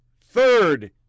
third